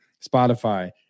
Spotify